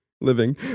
Living